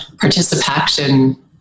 participation